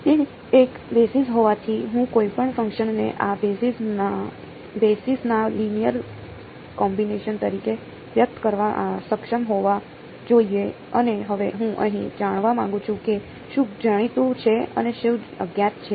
તે એક બેસિસ હોવાથી હું કોઈપણ ફંક્શનને આ બેસિસના લિનિયર કોમ્બિનેશન તરીકે વ્યક્ત કરવા સક્ષમ હોવો જોઈએ અને હવે હું અહીં જાણવા માંગુ છું કે શું જાણીતું છે અને શું અજ્ઞાત છે